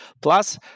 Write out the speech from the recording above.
Plus